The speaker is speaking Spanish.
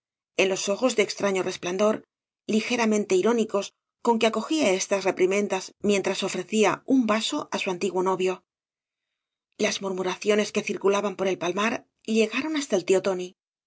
en los ojcs de extraño resplandor ligeramente irónicos con que acogía estas reprimendas mientras ofrecía un vaso á bu antiguo novio las murmuraciones que circulaban por el palmar llegaron hasta el tío tóni y